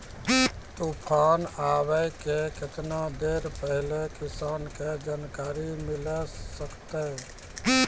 तूफान आबय के केतना देर पहिले किसान के जानकारी मिले सकते?